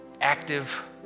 active